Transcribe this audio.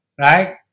right